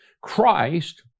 Christ